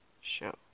Show